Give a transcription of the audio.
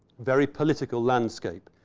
very political landscape.